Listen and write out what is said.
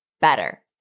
better